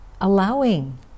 Allowing